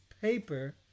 paper